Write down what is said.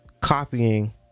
copying